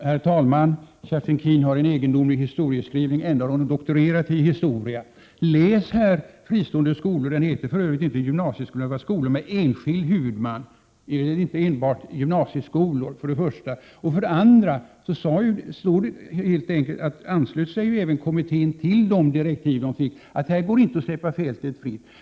Herr talman! Kerstin Keen har en egendomlig historieskrivning, och ändå har hon ju doktorerat i ämnet historia. För det första: Läs betänkandet Fristående skolor! Det heter för övrigt inte fristående gymnasieskolor, utan det rör sig här om skolor med enskild huvudman — inte enbart gymnasieskolor. För det andra anslöt sig även kommittén till de direktiv den fick — att det här inte går att släppa fältet fritt.